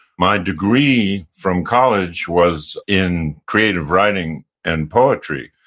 my degree from college was in creative writing and poetry,